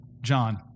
John